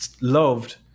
loved